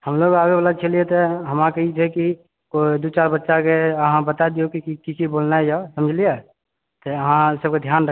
हमलोग आबै बला छलिऐ तऽ हमरा कऽ ई छै कि कोइ दू चारि बच्चा के अहाँ बता दियौ की कि कि बोलनाए यऽ समझलियै अहाँ सभके ध्यान रखबै